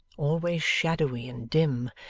always shadowy and dim,